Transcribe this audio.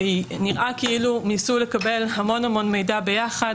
נראה כאילו ניסו לקבל המון-המון מידע ביחד.